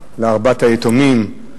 לארבעת היתומים,